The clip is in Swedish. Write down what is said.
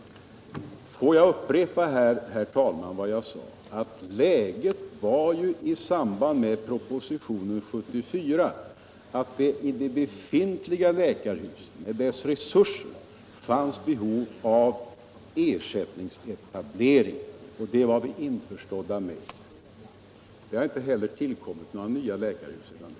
Får jag, herr talman, upprepa vad jag sade. Läget i samband med propositionen 1974 var att det i de befintliga läkarhusen med deras resurser fanns behov av ersättningsetablering. Det var vi införstådda med. Det har inte tillkommit några nya läkarhus sedan dess.